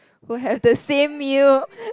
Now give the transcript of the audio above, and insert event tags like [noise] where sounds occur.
will have the same meal [breath]